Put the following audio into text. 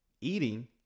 eating